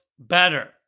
Better